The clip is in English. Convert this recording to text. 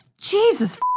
Jesus